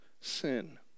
sin